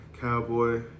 cowboy